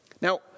Now